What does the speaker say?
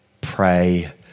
pray